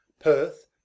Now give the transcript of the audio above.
Perth